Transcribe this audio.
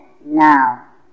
now